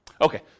Okay